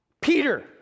Peter